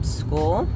school